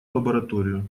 лабораторию